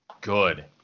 Good